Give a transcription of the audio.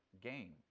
gain